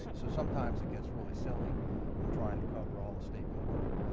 so sometimes it gets really silly in trying to cover all the statement of work,